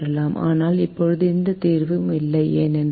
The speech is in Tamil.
ஆனால் இப்போது எந்த தீர்வும் இல்லை ஏனென்றால் a1 4